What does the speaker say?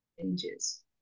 changes